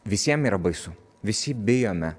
visiem yra baisu visi bijome